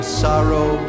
sorrow